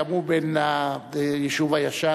וגם הוא בן היישוב הישן.